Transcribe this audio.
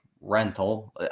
rental